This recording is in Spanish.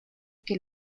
que